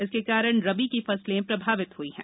इसके कारण रबी की फसलें प्रभावित हुई हैं